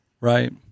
right